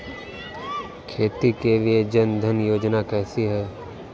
खेती के लिए जन धन योजना कैसी है?